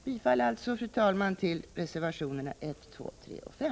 Jag yrkar alltså, fru talman, bifall till reservationerna 1, 2, 3 och 5.